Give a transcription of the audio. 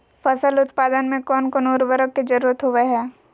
फसल उत्पादन में कोन कोन उर्वरक के जरुरत होवय हैय?